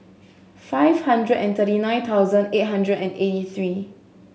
five hundred and thirty nine thousand eight hundred and eighty three